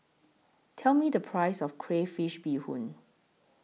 Tell Me The Price of Crayfish Beehoon